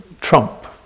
trump